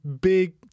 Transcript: big